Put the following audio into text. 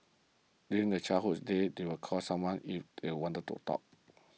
during their childhood days they would call someone if they want to talk